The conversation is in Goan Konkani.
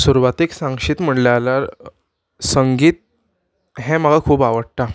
सुरवातीक सांगशीत म्हणल्यार संगीत हें म्हाका खूब आवडटा